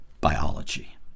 biology